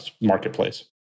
Marketplace